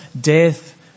death